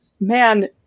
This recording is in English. Man